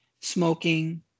smoking